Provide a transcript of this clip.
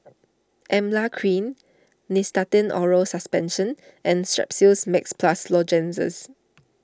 Emla Cream Nystatin Oral Suspension and Strepsils Max Plus Lozenges